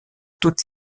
toutes